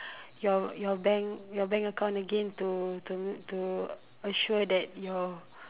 your your bank your bank account again to to to assure that your